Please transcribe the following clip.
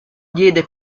diede